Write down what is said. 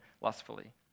lustfully